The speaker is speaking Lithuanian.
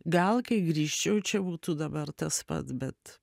gal kai grįžčiau čia būtų dabar tas pats bet